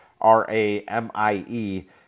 R-A-M-I-E